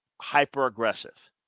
hyper-aggressive